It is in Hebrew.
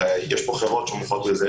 הרי יש פה חברות שמומחות לזה,